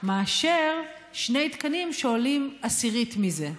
מאשר שני תקנים שעולים עשירית מזה.